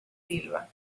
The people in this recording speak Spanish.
silva